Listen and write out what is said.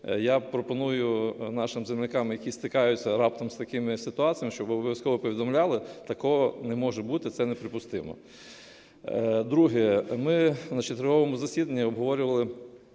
я пропоную нашим землякам, які стикаються раптом з такими ситуаціями, щоб обов'язково повідомляли. Такого не може бути, це неприпустимо. Друге. Ми на четверговому засіданні обговорювали